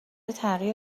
تغییر